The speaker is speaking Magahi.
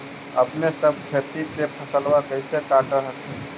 अपने सब खेती के फसलबा कैसे काट हखिन?